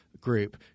group